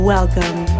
Welcome